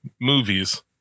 movies